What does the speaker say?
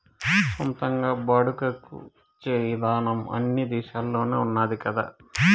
సొంతంగా బాడుగకు ఇచ్చే ఇదానం అన్ని దేశాల్లోనూ ఉన్నాది కదా